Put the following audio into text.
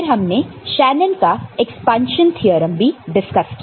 फिर हमने शेनन का एक्सपांशन थ्योरम भी डिस्कस किया